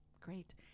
Great